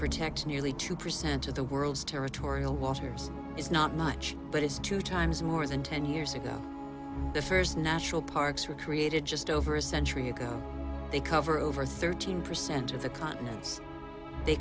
protect nearly two percent of the world's territorial waters is not much but is two times more than ten years ago the first national parks were created just over a century ago they cover over thirteen percent of the continent's they